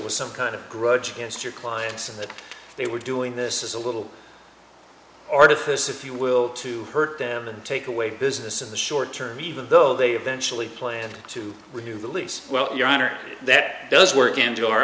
was some kind of grudge against your clients and that they were doing this is a little artifice if you will to hurt them and take away business in the short term even though they eventually planned to renew the lease well your honor that does work and your